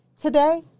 today